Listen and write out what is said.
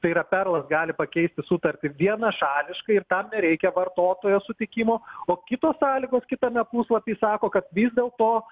tai yra perlas gali pakeisti sutartį vienašališkai ir tam nereikia vartotojo sutikimo o kitos sąlygos kitame puslapy sako kad vis dėlto